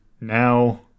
now